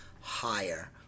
higher